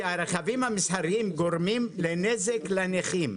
כי הרכבים המסחריים גורמים נזק לנכים.